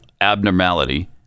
abnormality